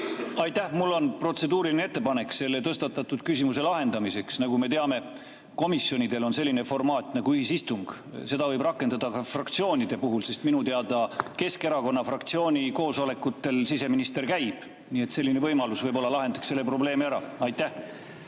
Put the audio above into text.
Aitäh! Mul on protseduuriline ettepanek tõstatatud küsimuse lahendamiseks. Nagu me teame, komisjonidel on selline formaat nagu ühisistung, mida võib rakendada ka fraktsioonide puhul. Minu teada Keskerakonna fraktsiooni koosolekutel siseminister käib, nii et selline võimalus võib-olla lahendaks selle probleemi. Aitäh!